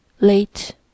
late